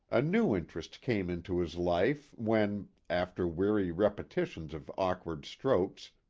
a new interest came into his life when, after weary repetitions of awkward strokes,